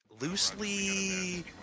loosely